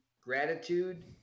gratitude